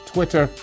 Twitter